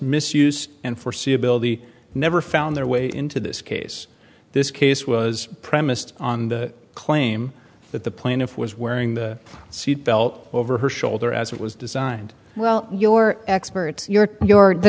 misuse and foreseeability never found their way into this case this case was premised on the claim that the plaintiff was wearing the seat belt over her shoulder as it was designed well your experts your and your the